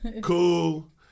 cool